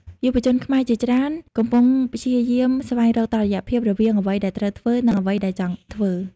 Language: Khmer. យុវជនខ្មែរជាច្រើនកំពុងព្យាយាមស្វែងរកតុល្យភាពរវាង "អ្វីដែលត្រូវធ្វើ" និង "អ្វីដែលចង់ធ្វើ"។